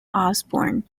osbourne